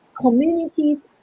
communities